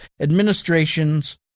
administrations